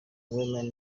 woman